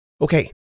Okay